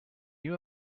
you